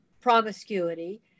promiscuity